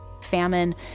famine